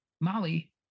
Molly